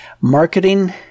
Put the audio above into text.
marketing